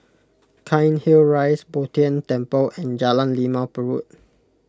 Cairnhill Rise Bo Tien Temple and Jalan Limau Purut